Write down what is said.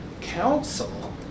Council